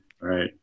right